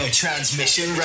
transmission